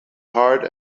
heart